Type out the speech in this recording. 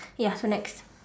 ya so next